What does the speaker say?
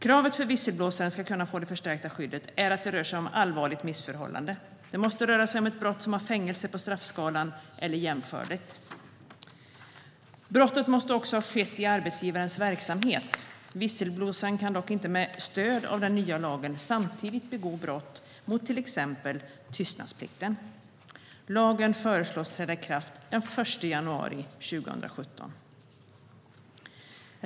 Kravet för att visselblåsaren ska kunna få det förstärkta skyddet är att det rör sig om ett allvarligt missförhållande. Det måste röra sig om ett brott som har fängelse på straffskalan eller jämförligt. Brottet måste också ha skett i arbetsgivarens verksamhet. Visselblåsaren kan dock inte med stöd av den nya lagen samtidigt begå brott mot till exempel tystnadsplikten. Lagen förslås träda i kraft den 1 januari 2017.